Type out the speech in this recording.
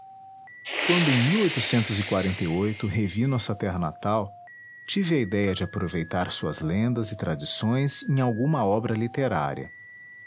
uando a revi nossa terra natal tive a idéia de aproveitar suas lendas e tradições em alguma obra literária